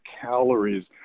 calories